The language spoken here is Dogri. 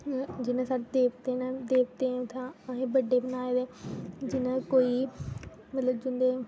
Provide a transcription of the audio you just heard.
जि'यां साढ़े देवते न देवतें थान असें बड्डे बनाये दे जि'यां कोई मतलब जिं'दे